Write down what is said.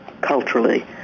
culturally